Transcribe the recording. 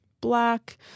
black